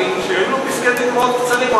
שהיו לו פסקי-דין מאוד קצרים.